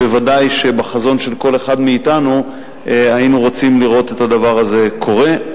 ודאי שבחזון של כל אחד מאתנו היינו רוצים לראות את הדבר הזה קורה.